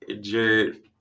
Jared